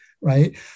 right